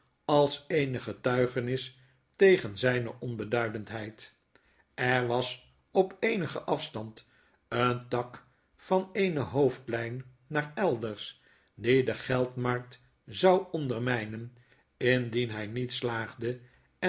als eene getuigenis tegen zijne onbeduidendheid er was op eenigen afstand een tak van eene hoofdlyn naar elders die de geldmarkt zou ondermynen indien hy niet slaagde